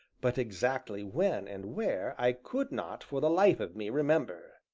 but exactly when and where i could not, for the life of me, remember.